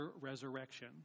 resurrection